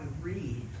read